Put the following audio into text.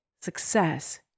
success